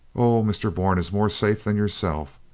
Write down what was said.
oh! mr. bourne is more safe than yourself.